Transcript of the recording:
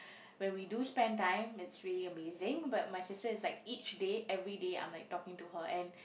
when we do spend time it's really amazing but my sister is like each day everyday I'm like talking to her and